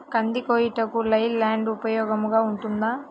కంది కోయుటకు లై ల్యాండ్ ఉపయోగముగా ఉంటుందా?